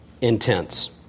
intense